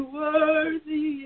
worthy